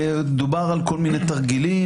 דובר על כל מיני תרגילים,